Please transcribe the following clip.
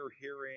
hearing